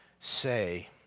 say